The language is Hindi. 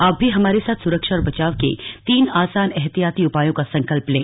आप भी हमारे साथ सुरक्षा और बचाव के तीन आसान एहतियाती उपायों का संकल्प लें